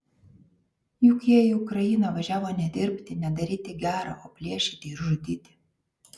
juk jie į ukrainą važiavo ne dirbti ne daryti gera o plėšti ir žudyti